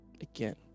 again